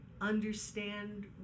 understand